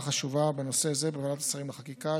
החשובה בנושא זה בוועדת השרים לחקיקה,